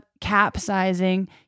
capsizing